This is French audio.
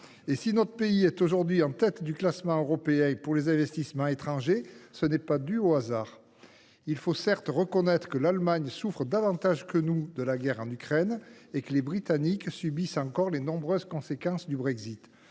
et si notre pays est aujourd’hui en tête du classement européen des investissements étrangers, ce n’est pas dû au hasard. Il faut certes reconnaître que l’Allemagne souffre davantage que nous de la guerre en Ukraine et que les Britanniques subissent encore les nombreuses conséquences du Brexit,